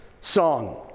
song